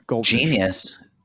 genius